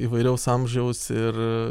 įvairaus amžiaus ir